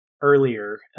earlier